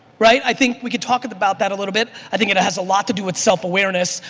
right? i think we can talk about that a little bit. i think it has a lot to do with self-awareness.